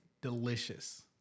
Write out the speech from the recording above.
Delicious